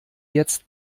jetzt